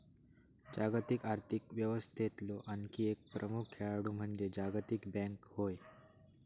जागतिक आर्थिक व्यवस्थेतलो आणखी एक प्रमुख खेळाडू म्हणजे जागतिक बँक होय